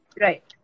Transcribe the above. Right